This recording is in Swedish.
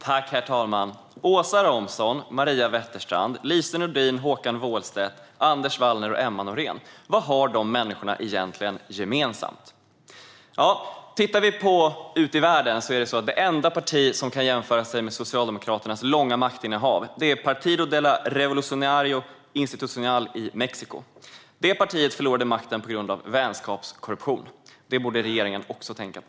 Herr talman! Åsa Romson, Maria Wetterstrand, Lise Nordin, Håkan Wåhlstedt, Anders Wallner och Emma Nohrén - vad har de människorna egentligen gemensamt? Tittar vi ut i världen ser vi att det enda parti som kan jämföras med Socialdemokraterna när det gäller långa maktinnehav är Partido Revolucionario Institucional i Mexiko. Det partiet förlorade makten på grund av vänskapskorruption. Det borde regeringen tänka på.